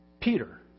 Peter